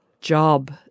job